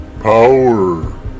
Power